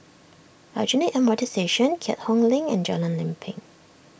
Aljunied M R T Station Keat Hong Link and Jalan Lempeng